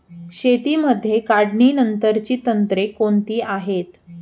शेतीमध्ये काढणीनंतरची तंत्रे कोणती आहेत?